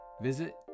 Visit